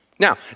Now